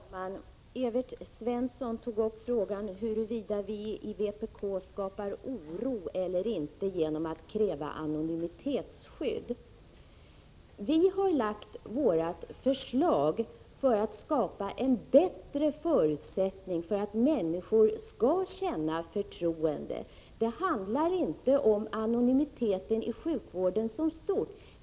Fru talman! Evert Svensson tog upp frågan huruvida vi i vpk skapar oro eller inte genom att kräva anonymitetsskydd. Vi har lagt fram vårt förslag för att skapa en bättre förutsättning för att människor skall känna förtroende. Det handlar inte om anonymiteten inom sjukvården i stort.